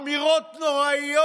בבקשה.